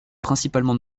principalement